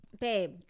babe